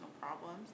problems